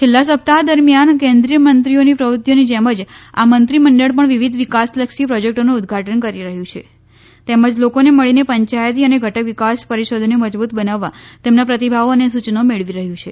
છેલ્લાં સપ્તાહ દરમિયાન કેન્દ્રીય મંત્રીઓની પ્રવૃત્તિઓની જેમ જ આ મંત્રીમંડળ પણ વિવિધ વિકાસલક્ષી પ્રોજેક્ટોનું ઉદઘાટન કરી રહ્યું છે તેમજ લોકોને મળીને પંચાયતી અને ઘટક વિકાસ પરિષદોને મજબુત બનાવવા તેમના પ્રતિભાવો અને સૂચનો મેળવી રહ્યું છે